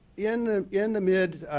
in ah in the mid